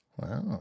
Wow